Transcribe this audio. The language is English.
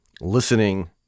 listening